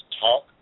talk